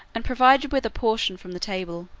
and provided with a portion from the table.